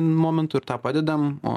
momentu ir tą padedam o